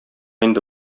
инде